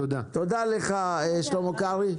תודה לך שלמה קרעי.